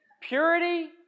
purity